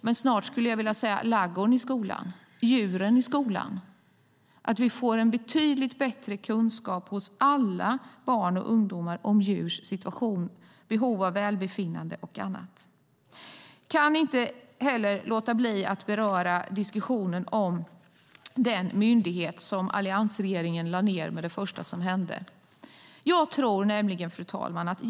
Men snart skulle jag vilja säga ladugården i skolan och djuren i skolan, så att alla barn och ungdomar får en betydligt bättre kunskap om djurs situation, behov av välbefinnande och annat. Jag kan inte heller låta bli att beröra diskussionen om den myndighet som alliansregeringen lade ned det första den gjorde.